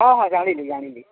ହଁ ହଁ ଜାଣିଲି ଜାଣିଲି